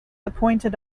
appointed